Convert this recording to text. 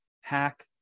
hack